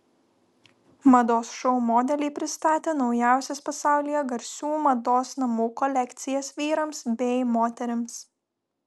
mados šou modeliai pristatė naujausias pasaulyje garsių mados namų kolekcijas vyrams bei moterims